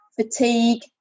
fatigue